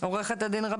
חלק מהמקרים